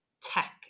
tech